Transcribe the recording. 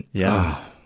yeah,